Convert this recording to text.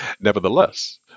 Nevertheless